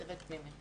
צוות פנימי.